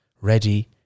Ready